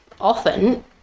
often